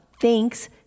Thanks